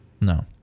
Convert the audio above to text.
No